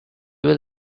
will